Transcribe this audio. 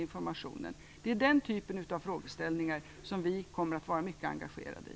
Den typen av frågeställningar kommer vi att vara mycket engagerade i.